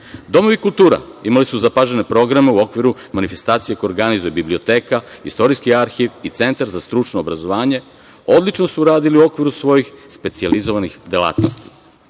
kultura imali su zapažene programe u okviru manifestacija koje organizuje Biblioteka, Istorijski arhiv i Centar za stručno obrazovanje. Odlično su uradili u okviru svojih specijalizovanih delatnosti.